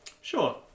Sure